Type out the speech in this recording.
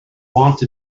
want